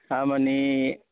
खामानि